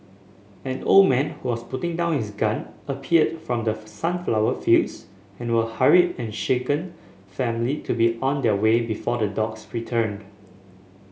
an old man who was putting down his gun appeared from the sunflower fields and were hurried and shaken family to be on their way before the dogs return